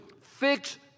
fix